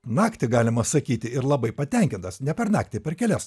naktį galima sakyti ir labai patenkintas ne per naktį per kelias